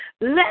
Let